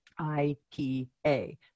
IPA